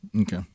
Okay